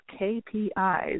KPIs